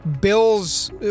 Bills